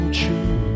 true